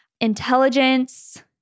intelligence